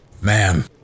Ma'am